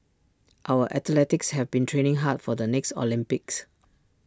our athletes have been training hard for the next Olympics